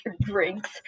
drinks